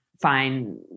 fine